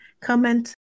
comment